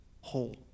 whole